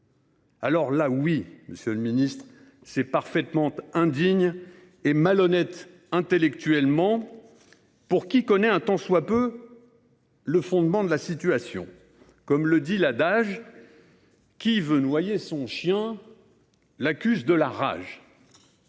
Alors là, oui, monsieur le ministre, c’est parfaitement indigne et malhonnête intellectuellement pour qui connaît un tant soit peu le fondement de la situation. Comme le dit l’adage :« Qui veut noyer son chien l’accuse de la rage !